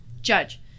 Judge